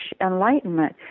enlightenment